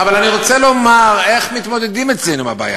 אבל מותר לי להגיד לך איך הציבור שלנו מתמודד עם הבעיה